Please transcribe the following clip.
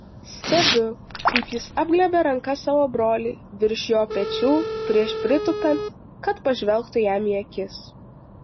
stebiu kaip jis apglėbia ranka savo brolį virš jo pečių prieš pritūpiant kad pažvelgtų jam į akis